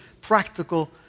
practical